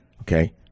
Okay